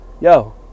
Yo